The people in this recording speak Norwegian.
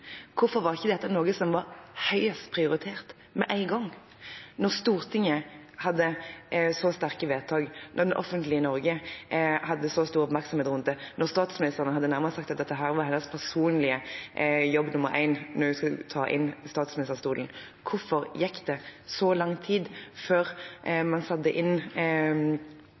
Hvorfor var ikke dette noe som var høyest prioritert med en gang? Når Stortinget hadde fattet så sterke vedtak, når det offentlige Norge hadde så stor oppmerksomhet rundt det, og da statsministeren nærmest sa at dette var hennes jobb nr. 1 da hun skulle innta statsministerstolen, hvorfor gikk det da så lang tid før man satte inn